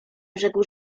brzegu